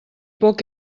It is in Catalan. poc